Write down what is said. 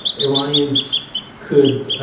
iranians could,